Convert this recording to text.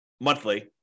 monthly